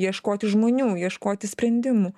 ieškoti žmonių ieškoti sprendimų